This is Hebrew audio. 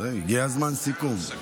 הגיע זמן סיכום.